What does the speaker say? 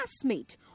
classmate